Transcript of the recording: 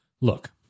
look